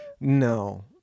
No